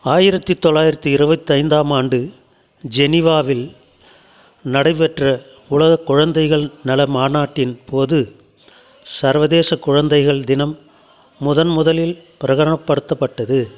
ஆயிரத்தி தொள்ளாயிரத்தி இருபத்தைந்தாம் ஆண்டு ஜெனீவாவில் நடைபெற்ற உலக குழந்தைகள் நல மாநாட்டின் போது சர்வதேச குழந்தைகள் தினம் முதன்முதலில் பிரகடனப்படுத்தப்பட்டது